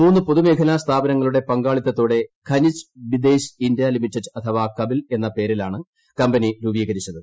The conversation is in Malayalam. മൂന്ന് പൊതുമേഖല സ്ഥാപനങ്ങളുടെ പങ്കാളിത്തോടെ ഖനിജ് ബിദേശ് ഇന്ത്യാ ലിമിറ്റഡ് അഥവാ കബിൽ എന്ന പേരിലാണ് കമ്പനി രൂപീകരിച്ചത്